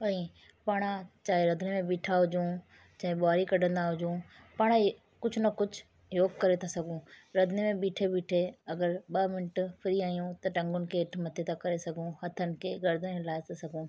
ऐं पाण चाहे रंधिणे में ॿूठा हुजूं चाहे बुहारी कढ़ंदा हुजूं पाण कुझु न कुछ योग करे था सघूं रंधिणे में ॿीठे ॿीठे अगरि ॿ मिंट फ्री आहियूं त टांगून खे हेठि मथे था करे सघूं हथनि खे गर्दन हिलाइ था सघूं